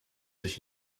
sich